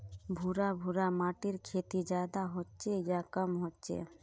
भुर भुरा माटिर खेती ज्यादा होचे या कम होचए?